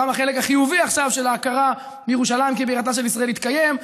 גם החלק החיובי של ההכרה בירושלים כבירתה של ישראל יתקיים.